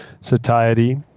satiety